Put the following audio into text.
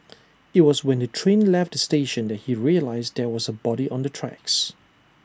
IT was when the train left the station that he realised there was A body on the tracks